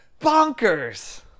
bonkers